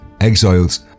Exiles